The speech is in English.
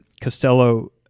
Costello